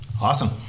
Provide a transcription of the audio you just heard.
Awesome